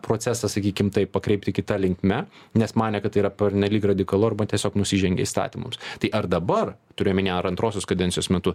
procesą sakykim taip pakreipti kita linkme nes manė kad tai yra pernelyg radikalu arba tiesiog nusižengė įstatymams tai ar dabar turiu omenyje ar antrosios kadencijos metu